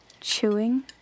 chewing